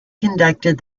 conducted